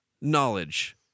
knowledge